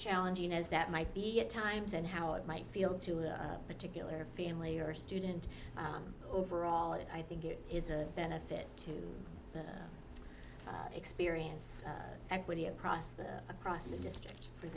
challenging as that might be at times and how it might feel to a particular family or student overall i think it is a benefit to experience equity across the across the district for